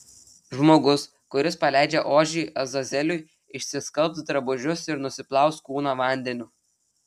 žmogus kuris paleidžia ožį azazeliui išsiskalbs drabužius ir nusiplaus kūną vandeniu